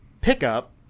pickup